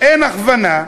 אין הכוונה,